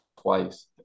twice